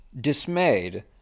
Dismayed